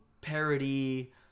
parody